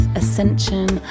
ascension